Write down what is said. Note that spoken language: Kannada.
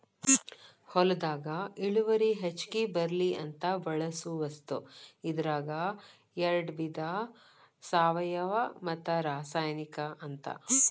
ಹೊಲದಾಗ ಇಳುವರಿ ಹೆಚಗಿ ಬರ್ಲಿ ಅಂತ ಬಳಸು ವಸ್ತು ಇದರಾಗ ಯಾಡ ವಿಧಾ ಸಾವಯುವ ಮತ್ತ ರಾಸಾಯನಿಕ ಅಂತ